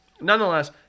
nonetheless